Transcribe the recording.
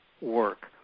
work